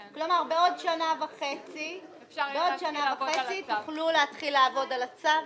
כלומר, בעוד שנה וחצי תוכלו להתחיל לעבוד על הצו?